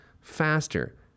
faster